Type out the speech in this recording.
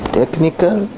technical